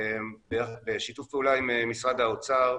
לשיתוף פעולה עם משרד האוצר,